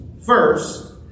first